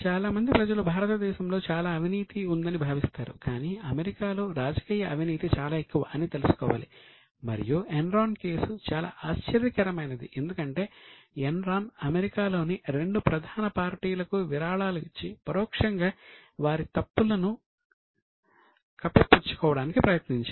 చాలా మంది ప్రజలు భారతదేశంలో చాలా అవినీతి ఉందని భావిస్తారు కానీ అమెరికాలో రాజకీయ అవినీతి చాలా ఎక్కువ అని తెలుసుకోవాలి మరియు ఎన్రాన్ కేసు అమెరికాలోని రెండు ప్రధాన పార్టీలకూ విరాళాలు ఇచ్చి పరోక్షంగా వారి తప్పులను కప్పిపుచ్చుకోవడానికి ప్రయత్నించింది